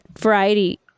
variety